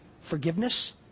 forgiveness